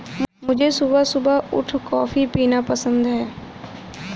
मुझे सुबह सुबह उठ कॉफ़ी पीना पसंद हैं